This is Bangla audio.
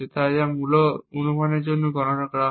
যা প্রতিটি মূল অনুমানের জন্য গণনা করা হয়